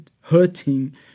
hurting